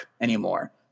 anymore